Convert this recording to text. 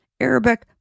Arabic